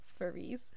furries